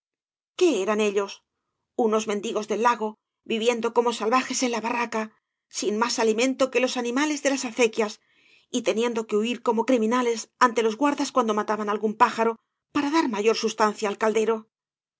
qué eran ellos unos mendigos del lago viviendo como salvajes en la barraca sin más alimento que los animales de las acequias y teniendo que huir como criminales ante los guardas cuando mataban algún pájaro para dar mayor substancia al caldero